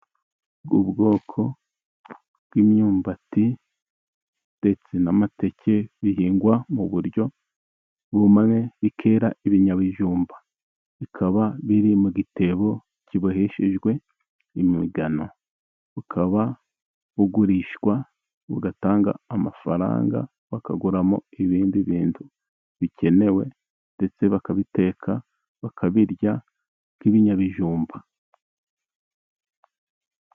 Ubwoko bw'imyumbati ndetse n'amateke bihingwa mu buryo bumwe bikera ibinyabijumba. Bikaba biri mu gitebo kiboheshejwe imigano. Bukaba bugurishwa bugatanga amafaranga, bakaguramo ibindi bintu bikenewe, ndetse bakabiteka bakabirya nk'ibinyabijumba.